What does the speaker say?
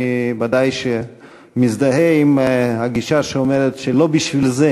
אני ודאי מזדהה עם הגישה שאומרת שלא בשביל זה